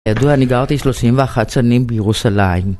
כידוע אני גרתי 31 שנים בירושלים